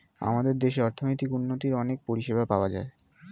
আমাদের দেশে অর্থনৈতিক উন্নতির অনেক পরিষেবা পাওয়া যায়